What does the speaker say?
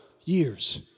years